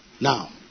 Now